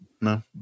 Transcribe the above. No